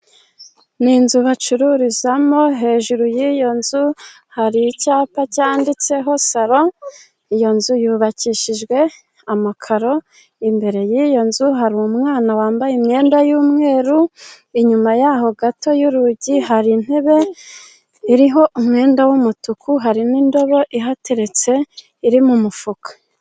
Ni inzu bacururizamo, hejuru y'iyo nzu hari icyapa cyanditseho salo. Iyo nzu yubakishijwe amakaro, imbere y'iyo nzu hari umwana wambaye imyenda y'umweru, inyuma yaho gato y'urugi hari intebe iriho umwenda w'umutuku, hari n'indobo ihateretse, iri mu mufuka.